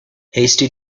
hasty